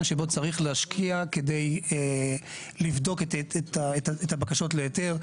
שבו צריך להשקיע כדי לבדוק את הבקשות להיתר.